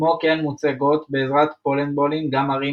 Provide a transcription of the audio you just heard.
כמו כן מוצגות בעזרת פולנדבולים גם ערים,